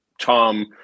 Tom